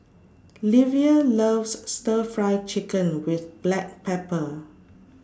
Livia loves Stir Fry Chicken with Black Pepper